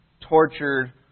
tortured